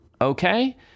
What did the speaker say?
okay